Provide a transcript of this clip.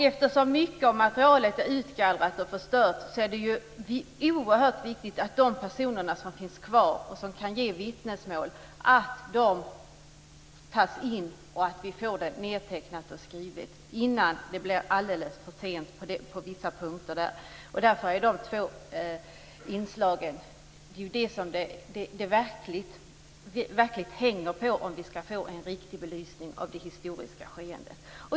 Eftersom mycket av materialet är utgallrat och förstört är det oerhört viktigt att höra de personer som finns kvar och som kan lämna vittnesmål och att dessa vittnesmål nedtecknas innan det blir alldeles för sent. Det är dessa två inslag som det hänger på, om det skall bli en riktig belysning av det historiska skeendet.